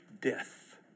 death